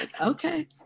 okay